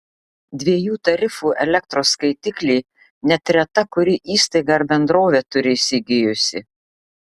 dviejų tarifų elektros skaitiklį net reta kuri įstaiga ar bendrovė turi įsigijusi